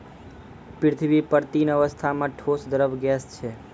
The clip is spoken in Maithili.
पृथ्वी पर तीन अवस्था म ठोस, द्रव्य, गैस छै